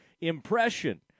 impression